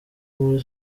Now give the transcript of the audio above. muri